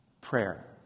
prayer